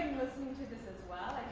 listening to this as well,